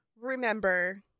remember